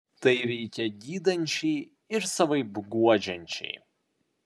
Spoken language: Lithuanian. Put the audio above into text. tai veikia gydančiai ir savaip guodžiančiai